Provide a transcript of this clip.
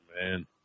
man